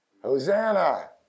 Hosanna